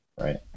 right